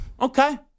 Okay